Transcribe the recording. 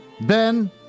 ben